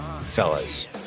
fellas